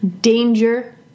Danger